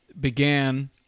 began